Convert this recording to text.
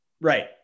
Right